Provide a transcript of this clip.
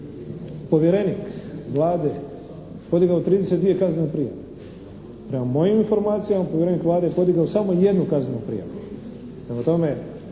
povjerenik Vlade podigao trideset i dvije kaznene prijave. Prema mojim informacijama povjerenik Vlade je podigao samo jednu kaznenu prijavu.